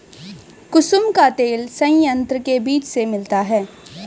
कुसुम का तेल संयंत्र के बीज से मिलता है